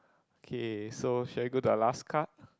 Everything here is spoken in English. okay so shall we go to Alaska